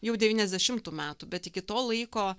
jau devyniasdešimtų metų bet iki to laiko